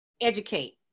Educate